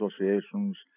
associations